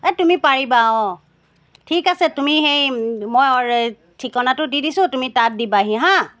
এই তুমি পাৰিবা অঁ ঠিক আছে তুমি সেই মই ঠিকনাটো দি দিছোঁ তুমি তাত দিবাহি হাঁ